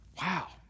Wow